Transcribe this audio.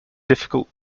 difficult